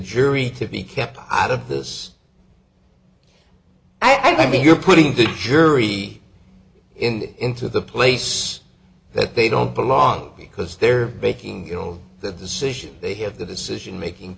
jury to be kept out of this i mean you're putting the jury in into the place that they don't belong because they're making you know the decision they have the decision making